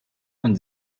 von